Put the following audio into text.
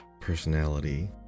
personality